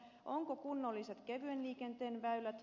onko kunnolliset kevyen liikenteen väylät